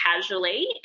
casually